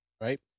Right